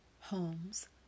home's